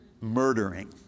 murdering